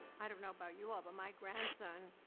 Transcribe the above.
i don't know about you all, but my grandson,